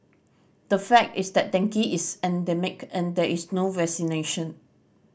the fact is that dengue is endemic and there is no vaccination